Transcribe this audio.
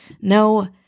No